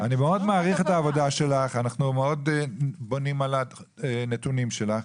אני מאוד מעריך את העבודה שלך ואנחנו מאוד בונים על הנתונים שלך,